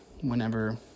whenever